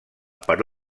per